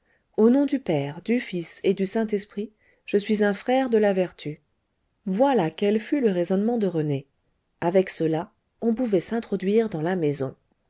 au nom du père du fils et du saint-esprit je suis un frère de la vertu voilà quel fut le raisonnement de rené avec cela on pouvait s'introduire dans la maison